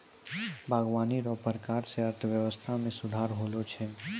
बागवानी रो प्रकार से अर्थव्यबस्था मे सुधार होलो छै